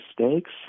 mistakes